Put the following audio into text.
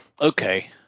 Okay